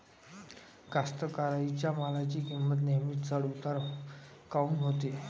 कास्तकाराइच्या मालाची किंमत नेहमी चढ उतार काऊन होते?